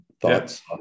thoughts